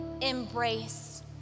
embrace